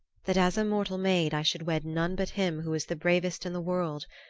that as a mortal maid i should wed none but him who is the bravest in the world.